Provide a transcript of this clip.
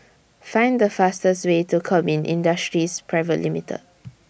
Find The fastest Way to Kemin Industries Private Limited